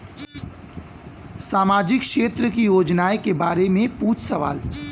सामाजिक क्षेत्र की योजनाए के बारे में पूछ सवाल?